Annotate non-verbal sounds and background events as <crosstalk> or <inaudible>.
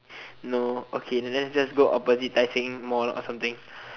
<breath> no okay then let's just go opposite Tai-Seng mall or something